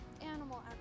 animal